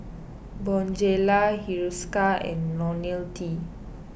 Bonjela Hiruscar and Ionil T